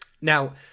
Now